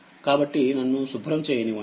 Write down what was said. కాబట్టినన్ను శుభ్రం చేయనివ్వండి